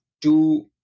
two